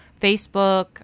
Facebook